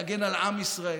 להגן על עם ישראל,